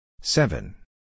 seven